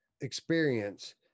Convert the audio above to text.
experience